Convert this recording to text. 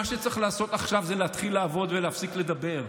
מה שצריך לעשות עכשיו זה להתחיל לעבוד ולהפסיק לדבר.